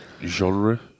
genre